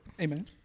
Amen